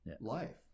life